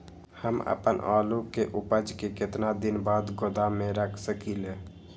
हम अपन आलू के ऊपज के केतना दिन बाद गोदाम में रख सकींले?